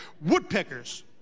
Woodpeckers